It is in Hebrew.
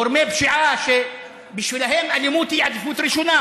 גורמי פשיעה, שבשבילם אלימות היא עדיפות ראשונה.